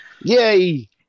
Yay